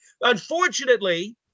Unfortunately